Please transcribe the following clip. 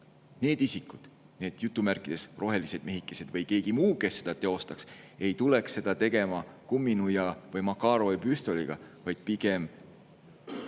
need isikud, "rohelised mehikesed" või keegi muu, kes seda teostaks, ei tuleks seda tegema kumminuia või Makarovi püstoliga, vaid pigem